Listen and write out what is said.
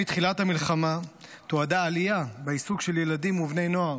מתחילת המלחמה תועדה עלייה בעיסוק של ילדים ובני נוער